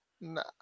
Nah